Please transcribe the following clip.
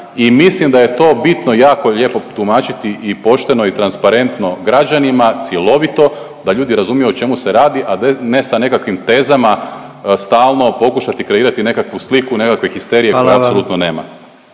mislim da je to bitno jako lijepo tumačiti i pošteno i transparentno građanima, cjelovito, da ljudi razumiju o čemu se radi, a ne sa nekakvim tezama stalno pokušati kreirati nekakvu sliku, nekakve histerije koje apsolutno nema.